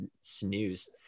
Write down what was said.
snooze